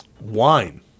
wine